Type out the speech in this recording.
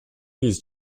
these